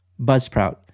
Buzzsprout